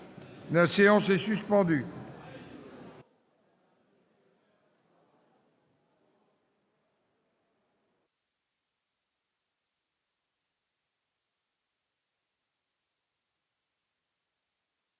La séance est suspendue.